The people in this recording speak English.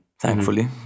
Thankfully